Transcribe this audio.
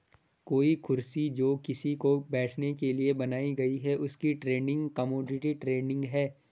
कोई कुर्सी जो किसी के बैठने के लिए बनाई गयी है उसकी ट्रेडिंग कमोडिटी ट्रेडिंग है